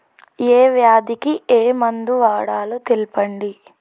ఏ వ్యాధి కి ఏ మందు వాడాలో తెల్పండి?